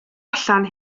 allan